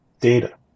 data